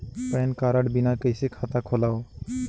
Pan card बिना कइसे खाता खोलव?